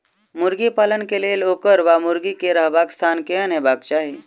मुर्गी पालन केँ लेल ओकर वा मुर्गी केँ रहबाक स्थान केहन हेबाक चाहि?